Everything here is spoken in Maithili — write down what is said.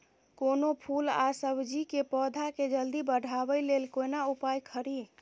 कोनो फूल आ सब्जी के पौधा के जल्दी बढ़ाबै लेल केना उपाय खरी?